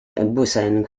busan